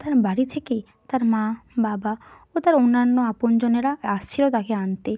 তার বাড়ি থেকে তার মা বাবা ও তার অন্যান্য আপনজনেরা আসছিল তাকে আনতে